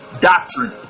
doctrine